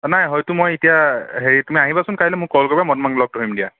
নাই সেইটো মই এতিয়া হেৰি তুমি আহিবাচোন কাইলৈ মোক কল কৰিবা মই তোমাক লগ ধৰিম দিয়া